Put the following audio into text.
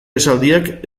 esaldiak